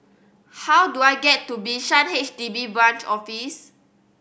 how do I get to Bishan H D B Branch Office